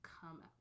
come